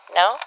no